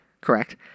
Correct